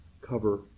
cover